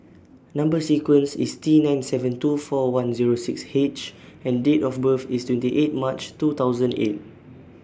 Number sequence IS T nine seven two four one Zero six H and Date of birth IS twenty eight March two thousand eight